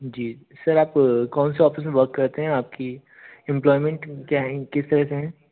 जी sir आप कौन से ऑफ़िस में वर्क करते हैं आपकी एम्प्लॉयमेंट क्या है किस तरह से है